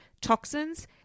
toxins